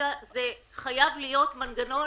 חייב להיות מנגנון